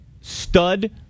stud